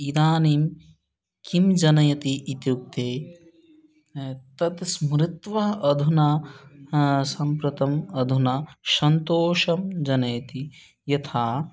इदानीं किं जनयति इत्युक्ते तद् स्मृत्वा अधुना सम्प्रति अधुना सन्तोषं जनयति यथा